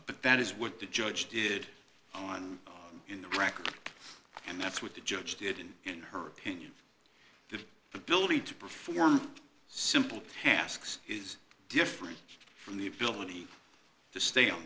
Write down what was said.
but that is what the judge did on in the record and that's what the judge did in her opinion the ability to perform simple tasks is different from the ability to stay on